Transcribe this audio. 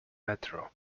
metro